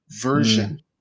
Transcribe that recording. version